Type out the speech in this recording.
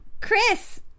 Chris